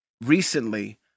Recently